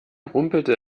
rumpelte